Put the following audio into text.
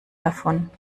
davon